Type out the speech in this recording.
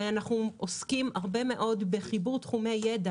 אנחנו עוסקים הרבה מאוד בחיבור תחומי ידע,